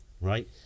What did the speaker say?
right